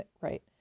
right